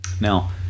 Now